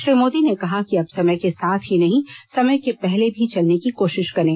श्री मोदी ने कहा कि अब समय के साथ ही नहीं समय के पहले भी चलने की कोशिश करें